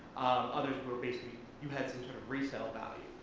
others were basically you had some sort of resale value,